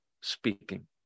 speaking